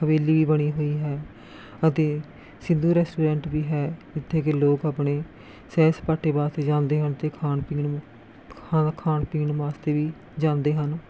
ਹਵੇਲੀ ਵੀ ਬਣੀ ਹੋਈ ਹੈ ਅਤੇ ਸਿੱਧੂ ਰੈਸਟੋਰੈਂਟ ਵੀ ਹੈ ਜਿੱਥੇ ਕਿ ਲੋਕ ਆਪਣੇ ਸੈਰ ਸਪਾਟੇ ਵਾਸਤੇ ਜਾਂਦੇ ਹਨ ਅਤੇ ਖਾਣ ਪੀਣ ਖਾ ਖਾਣ ਪੀਣ ਵਾਸਤੇ ਵੀ ਜਾਂਦੇ ਹਨ